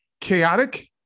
chaotic